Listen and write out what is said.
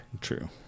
True